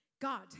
God